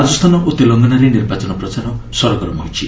ରାଜସ୍ଥାନ ଓ ତେଲଙ୍ଗାନାରେ ନିର୍ବାଚନ ପ୍ରଚାର ସରଗରମ ହୋଇଛି